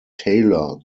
taylor